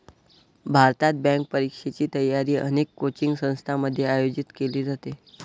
भारतात, बँक परीक्षेची तयारी अनेक कोचिंग संस्थांमध्ये आयोजित केली जाते